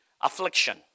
affliction